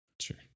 Sure